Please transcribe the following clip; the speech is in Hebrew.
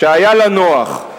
כשהיה לה נוח,